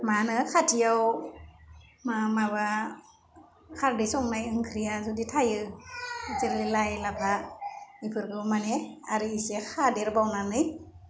मा होनो खाथियाव मा माबा खारदै संनाय ओंख्रिया जुदि थायो जेरै लाइ लाफा बेफोरखौ माने आरो इसे खादेरबावनानै